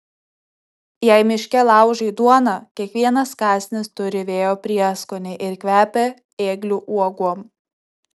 jei miške laužai duoną kiekvienas kąsnis turi vėjo prieskonį ir kvepia ėglių uogom